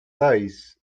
dice